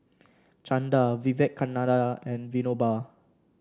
Chanda Vivekananda and Vinoba